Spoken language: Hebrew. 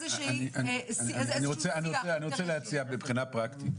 אני רוצה להציע מבחינה פרקטית,